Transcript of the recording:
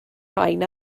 rhain